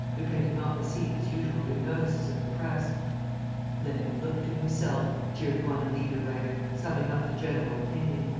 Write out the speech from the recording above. lupin did not receive his usual good notices in the press let him look to himself, jeered one leader-writer, summing up the general opinion.